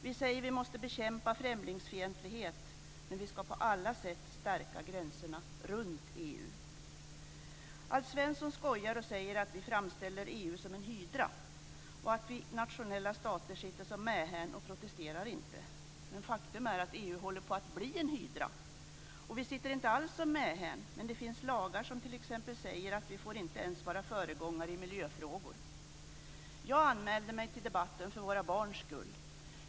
Vi säger att vi måste bekämpa främlingsfientlighet, men vi ska på alla sätt stärka gränserna runt EU. Alf Svensson skojar och säger att vi framställer EU som en hydra och att vi nationella stater sitter som mähän och protesterar inte. Faktum är att EU håller på att bli en hydra. Vi sitter inte alls som mähän. Men det finns lagar som t.ex. säger att vi inte ens får vara föregångare i miljöfrågor. Jag anmälde mig till debatten för våra barns skull.